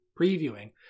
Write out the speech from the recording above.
previewing